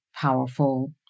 powerful